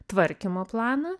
tvarkymo planą